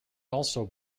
also